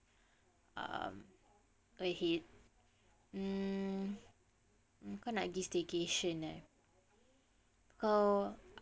um ahead kau nak pergi staycation err